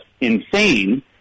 insane